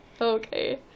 Okay